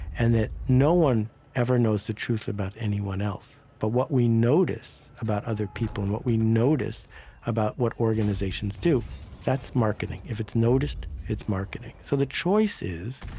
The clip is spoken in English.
and that no one ever knows the truth about anyone else. but what we notice about other people and what we notice about what organizations do that's marketing. if it's noticed, it's marketing so the choice is,